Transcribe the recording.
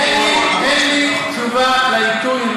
אין לי תשובה על העיתוי.